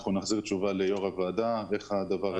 אנחנו נחזיר תשובה ליושב-ראש הוועדה בנושא.